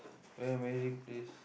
very amazing place